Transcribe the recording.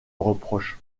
reproche